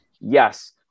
yes